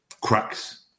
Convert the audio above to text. cracks